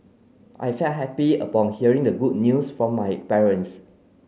I felt happy upon hearing the good news from my parents